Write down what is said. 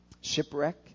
shipwreck